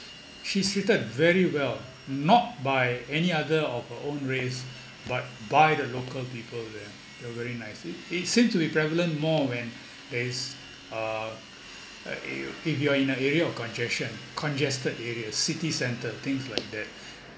she's treated very well not by any other of her own race but by the local people there they are very nice it it seemed to be prevalent more when there is uh if you are in the area of congestion congested areas city centre things like that